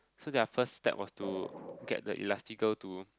so their first step was to get the elastical to